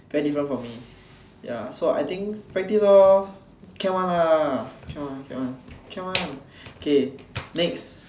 very different from me ya so I think practise lor can one ah can one can one can one k next